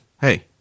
Hey